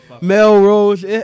Melrose